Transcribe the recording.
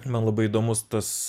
man labai įdomus tas